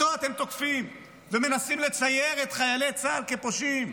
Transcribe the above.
ואותו אתם תוקפים ומנסים לצייר את חיילי צה"ל כפושעים.